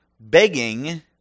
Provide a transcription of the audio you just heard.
begging